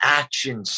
action